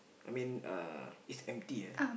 I mean uh it's empty eh